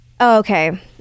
okay